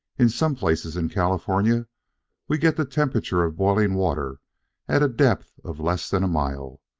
in some places in california we get the temperature of boiling water at a depth of less than a mile.